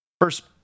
first